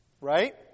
right